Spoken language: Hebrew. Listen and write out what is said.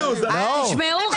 רוצה.